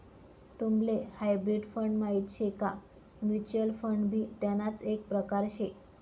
तुम्हले hybrid fund माहित शे का? म्युच्युअल फंड भी तेणाच एक प्रकार से